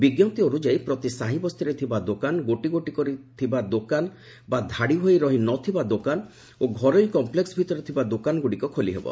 ବିଙ୍କପ୍ତି ଅନୁଯାୟୀ ପ୍ରତି ସାହିବସ୍ତିରେ ଥିବା ଦୋକାନ ଗୋଟିଗୋଟି କରି ଥିବା ଦୋକାନ ବା ଧାଡ଼ି ହୋଇ ରହିନଥିବା ଦୋକାନ ଓ ଘରୋଇ କଂପ୍ଲେକ୍ୱରେ ଥିବା ଦୋକାନଗୁଡ଼ିକ ଖୋଲିହେବ